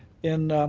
in